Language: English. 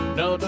no